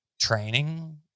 training